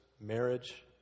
marriage